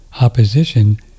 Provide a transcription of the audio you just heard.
opposition